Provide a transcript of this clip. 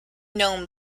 known